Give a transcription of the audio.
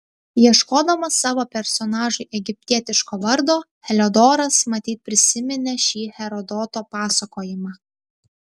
ieškodamas savo personažui egiptietiško vardo heliodoras matyt prisiminė šį herodoto pasakojimą